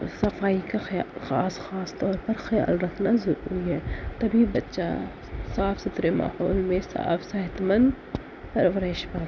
صفائی کا خیال خاص خاص طور پر خیال رکھنا ضروری ہے تبھی بچہ صاف ستھرے ماحول میں صاف صحت مند پرورش پاتا ہے